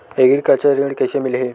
Agriculture ऋण कइसे मिलही?